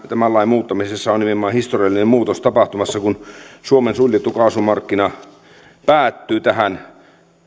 tämän lain muuttamisessahan on nimenomaan historiallinen muutos tapahtumassa kun suomen suljettu kaasumarkkina päättyy tähän